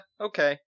okay